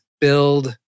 build